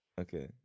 Okay